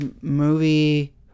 movie